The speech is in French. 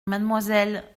mademoiselle